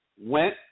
went